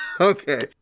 okay